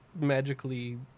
magically